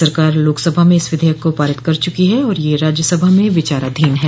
सरकार लोकसभा में इस विधेयक को पारित कर चुकी है और ये राज्यसभा में विचाराधीन है